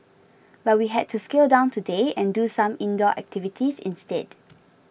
but we had to scale down today and do some indoor activities instead